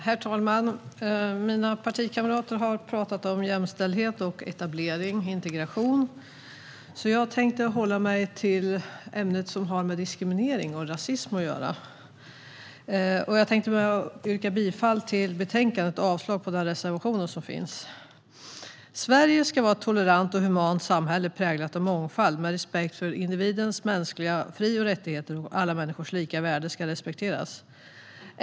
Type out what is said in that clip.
Herr talman! Mina partikamrater har talat om jämställdhet, etablering och integration. Jag tänkte hålla mig till ämnet som har med diskriminering och rasism att göra. Jag yrkar bifall till förslaget och avslag på de reservationer som finns. Sverige ska vara ett tolerant och humant samhälle präglat av mångfald med respekt för individens mänskliga fri och rättigheter, och alla människors lika värde ska respekteras.